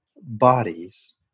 bodies